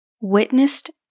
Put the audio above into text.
witnessed